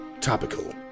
topical